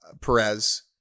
Perez